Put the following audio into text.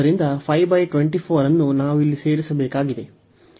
ಈ 524 ನಾವು ಇದನ್ನು ಸೇರಿಸಿದರೆ 38 ಆಗುತ್ತದೆ